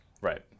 Right